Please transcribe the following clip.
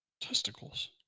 testicles